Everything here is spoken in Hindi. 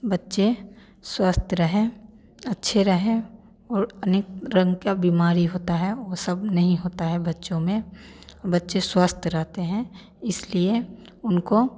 बच्चे स्वस्थ रहें अच्छे रहे और अनेक रंग का बीमारी होता है वो सब नहीं होता है बच्चों में बच्चे स्वस्थ रहते हैं इसलिए उनको